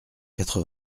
quatre